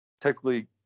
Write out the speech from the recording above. technically